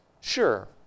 sure